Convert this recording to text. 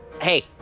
Hey